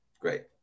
Great